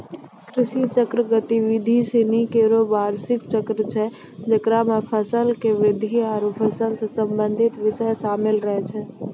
कृषि चक्र गतिविधि सिनी केरो बार्षिक चक्र छै जेकरा म फसल केरो वृद्धि आरु फसल सें संबंधित बिषय शामिल रहै छै